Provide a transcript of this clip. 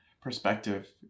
perspective